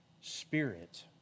Spirit